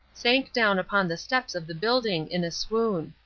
sank down upon the steps of the building in a swoon.